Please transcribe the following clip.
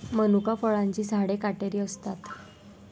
मनुका फळांची झाडे काटेरी असतात